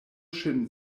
ŝin